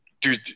dude